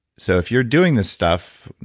so, if you're doing this stuff,